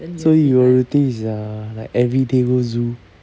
so your routine is uh like everyday go zoo